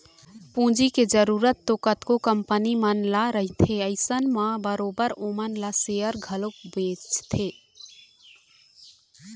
पूंजी के जरुरत तो कतको कंपनी मन ल रहिथे अइसन म बरोबर ओमन ह सेयर घलोक बेंचथे